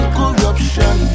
corruption